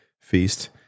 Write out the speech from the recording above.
feast